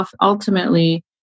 ultimately